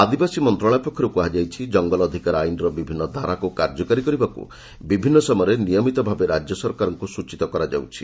ଆଦିବାସୀ ମନ୍ତ୍ରଣାଳୟ ପକ୍ଷର କୁହାଯାଇଛି ଜଙ୍ଗଲ ଅଧିକାର ଆଇନର ବିଭିନ୍ନ ଧାରାକୁ କାର୍ଯ୍ୟକାରୀ କରିବାକୁ ବିଭିନ୍ନ ସମୟରେ ନିୟମିତ ଭାବେ ରାଜ୍ୟ ସରକାରଙ୍କୁ ସ୍ୱଚିତ କରାଯାଉଛି